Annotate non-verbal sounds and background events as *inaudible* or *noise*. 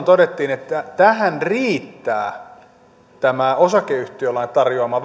*unintelligible* todettiin että tähän riittää tämä osakeyhtiölain tarjoama *unintelligible*